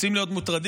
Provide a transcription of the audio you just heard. רוצים להיות מוטרדים?